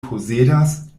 posedas